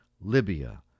Libya